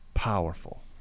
Powerful